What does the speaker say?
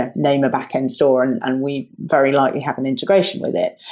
and name a backend store and and we very likely have an integration with it,